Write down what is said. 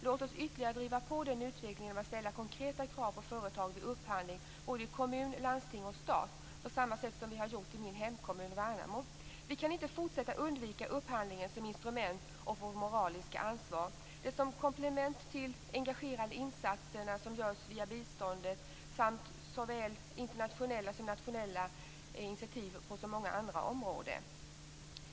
Låt oss ytterligare driva på den utvecklingen genom att ställa konkreta krav på företag vid upphandling i kommun, landsting och stat på samma sätt som vi har gjort i min hemkommun Värnamo. Vi kan inte fortsätta undvika upphandlingen som instrument och vårt moraliska ansvar, detta som komplement till de engagerande insatser som görs via biståndet samt såväl internationella som nationella initiativ på så många andra områden.